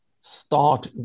start